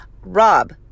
Rob